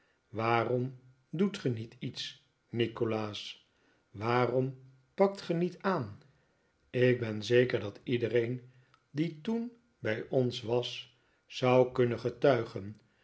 waarom doet ge niet iets nikolaas waarom pakt ge niet aan ik ben zeker dat iedereen die toen bij ons was zou kunnen getuigen